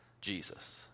Jesus